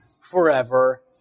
forever